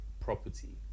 property